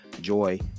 Joy